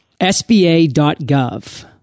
sba.gov